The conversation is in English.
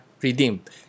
redeemed